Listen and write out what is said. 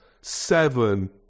seven